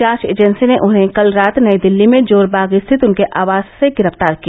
जांच एजेंसी ने उन्हें कल रात नई दिल्ली में जोर बाग स्थित उनके आवास से गिरफ्तार किया